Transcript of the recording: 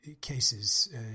cases